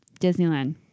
Disneyland